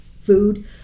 food